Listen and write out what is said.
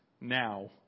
now